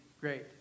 great